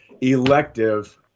elective